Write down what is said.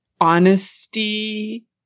honesty